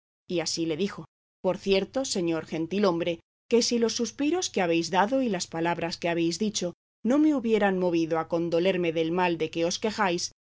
y así le dijo por cierto señor gentilhombre que si los suspiros que habéis dado y las palabras que habéis dicho no me hubieran movido a condolerme del mal de que os